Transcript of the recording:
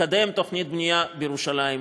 לקדם תוכנית בנייה בירושלים.